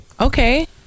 Okay